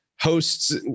Hosts